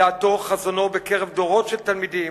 דעתו, חזונו בקרב דורות של תלמידים,